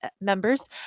members